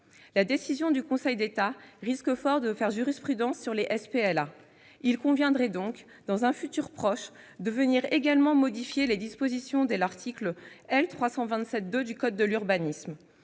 La décision du Conseil d'État risque fort de faire jurisprudence pour les SPLA. Il conviendrait donc de modifier également les dispositions de l'article L. 327-2 du code de l'urbanisme